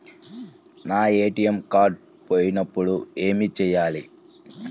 నా ATM card పోయినప్పుడు ఏమి చేయాలి?